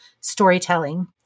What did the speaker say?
storytelling